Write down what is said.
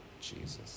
Jesus